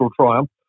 triumph